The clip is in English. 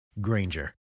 Granger